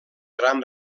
gran